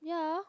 yeah